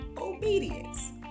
obedience